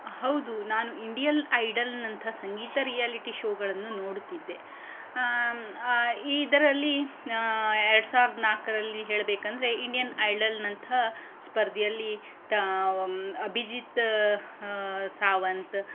ಹೌದು ನಾನು ಇಂಡಿಯಲ್ ಐಡಲ್ನಂತಹ ಸಂಗೀತ ರಿಯಾಲಿಟಿ ಶೋಗಳನ್ನು ನೋಡುತ್ತಿದ್ದೆ ಇದರಲ್ಲಿ ಎರಡು ಸಾವಿರದ ನಾಲ್ಕರಲ್ಲಿ ಹೇಳಬೇಕಂದರೆ ಇಂಡಿಯನ್ ಐಡಲ್ನಂಥ ಸ್ಪರ್ಧೆಯಲ್ಲಿ ಅಭಿಜಿತ್ ಸಾವಂತ್